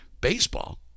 baseball